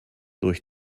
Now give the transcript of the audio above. durch